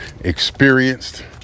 experienced